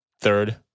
Third